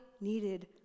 needed